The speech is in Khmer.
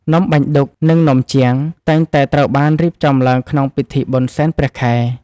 នំបាញ់ឌុក និងនំជាំង តែងតែត្រូវបានរៀបចំឡើងក្នុងពិធីបុណ្យសែនព្រះខែ។